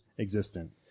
existent